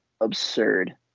absurd